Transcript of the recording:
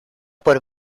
por